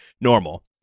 normal